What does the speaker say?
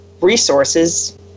resources